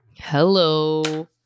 Hello